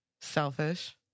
Selfish